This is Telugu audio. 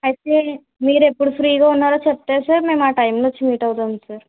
అయితే మీరెప్పుడు ఫ్రీ గా ఉన్నారో చెప్తే సార్ మేమా టైం లో వచ్చి మీట్ అవుతాం సార్